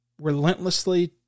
relentlessly